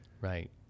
right